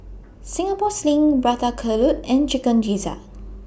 Singapore Sling Prata Telur and Chicken Gizzard